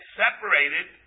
separated